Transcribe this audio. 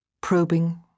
Probing